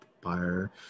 buyer